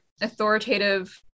authoritative